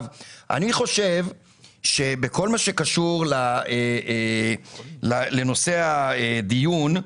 אני חושב שבכל מה שקשור לנושא הדיון,